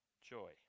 joy